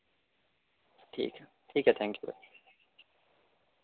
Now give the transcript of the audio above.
ٹھیک ہے ٹھیک ہے تھینک یو بائی